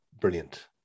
Brilliant